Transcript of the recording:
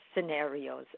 scenarios